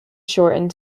shortened